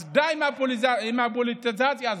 אז די עם הפוליטיזציה הזאת.